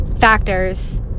factors